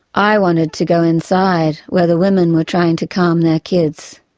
i wanted to go inside, where the women were trying to calm their kids.